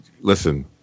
Listen